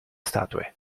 statue